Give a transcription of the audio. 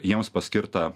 jiems paskirta